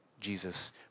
Jesus